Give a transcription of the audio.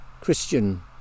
Christian